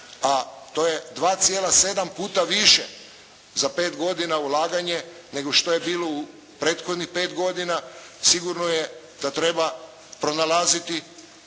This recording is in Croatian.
a to je 2,7 puta više, za pet godina ulaganje nego što je bilo u prethodnih pet godina. Sigurno je da treba pronalaziti